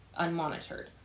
unmonitored